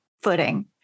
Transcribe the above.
footing